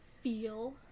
Feel